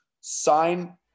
sign